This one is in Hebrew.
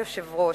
אדוני היושב-ראש,